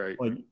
right